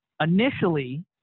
Initially